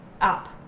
up